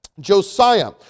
Josiah